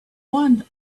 one